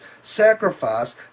sacrifice